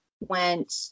went